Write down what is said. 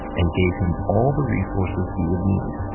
and gave him all the resources he would need.